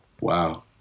Wow